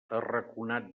arraconat